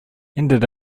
ended